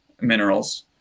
minerals